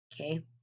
Okay